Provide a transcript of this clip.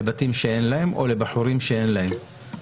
בתים שאין להם או על בחורים שאין להם.